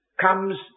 comes